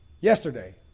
yesterday